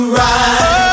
right